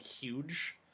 huge